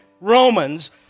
Romans